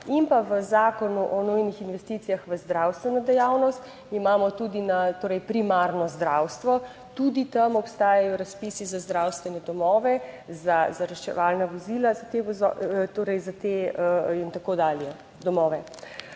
In pa v Zakonu o nujnih investicijah v zdravstveno dejavnost imamo tudi primarno zdravstvo, tudi tam obstajajo razpisi za zdravstvene domove, za reševalna vozila, za domove.